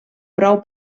prou